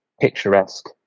picturesque